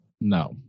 No